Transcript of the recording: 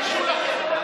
תתביישו לכם.